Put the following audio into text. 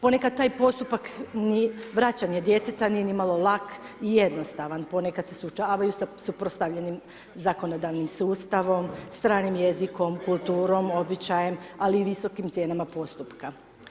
Ponekad taj postupak vraćanja djeteta nije ni malo lak i jednostavan, ponekad se suočavaju sa suprotstavljenim zakonodavnim sustavom, stranim jezikom, kulturom, običajem ali i visokim cijenama postupka.